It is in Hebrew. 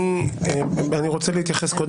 אם תציגו הסתייגות